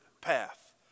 path